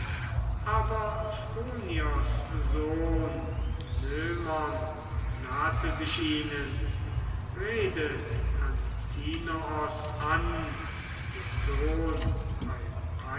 aber phronios sohn noemon nahte sich ihnen redet antinoos an den sohn